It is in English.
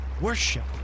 worship